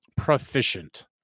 Proficient